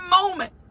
moment